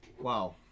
wow